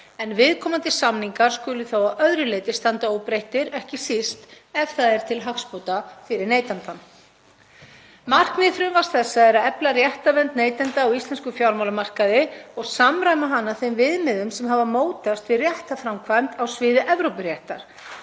en viðkomandi samningar skuli þó að öðru leyti standa óbreyttir, ekki síst ef það er til hagsbóta fyrir neytandann. Markmið frumvarps þessa er að efla réttarvernd neytenda á íslenskum fjármálamarkaði og samræma hana þeim viðmiðum sem hafa mótast í réttarframkvæmd á sviði Evrópuréttar,